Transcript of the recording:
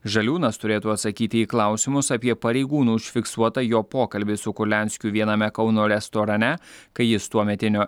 žaliūnas turėtų atsakyti į klausimus apie pareigūnų užfiksuotą jo pokalbį su kurlianskiu viename kauno restorane kai jis tuometinio